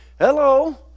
hello